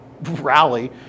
rally